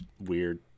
weird